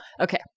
Okay